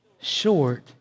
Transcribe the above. short